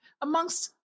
amongst